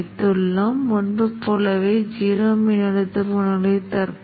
இப்போது அதே ப்ளாட் கட்டளையானது மிகவும் தகுதியான கருப்பு வெள்ளை பின்னணியில் கருப்பு முன்புறத்துடன் தோன்றும்